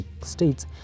states